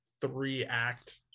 three-act